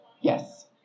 Yes